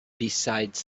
besides